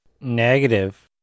Negative